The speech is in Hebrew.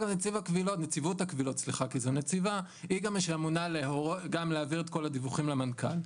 נציבות הקבילות היא גם מי שאמונה להורות להעביר את כל הדיווחים למנכ"ל.